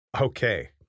Okay